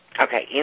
Okay